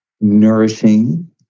nourishing